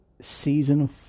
season